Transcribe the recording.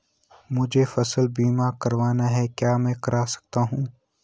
मुझे फसल बीमा करवाना है क्या मैं कर सकता हूँ?